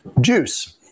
juice